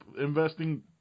investing